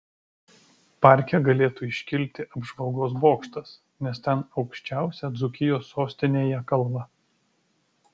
parke galėtų iškilti apžvalgos bokštas nes ten aukščiausia dzūkijos sostinėje kalva